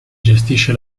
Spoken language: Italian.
gestisce